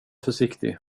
försiktig